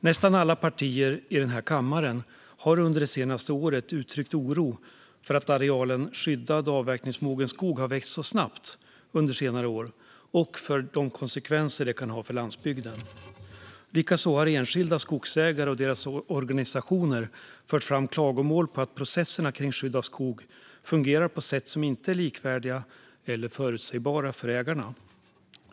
Nästan alla partier i kammaren har under det senaste året uttryckt oro för att arealerna skyddad, avverkningsmogen skog har växt så snabbt under senare år och för de konsekvenser det kan få för landsbygden. Likaså har enskilda skogsägare och deras organisationer fört fram klagomål på att processerna kring skydd av skog inte är likvärdiga eller förutsägbara för ägarna.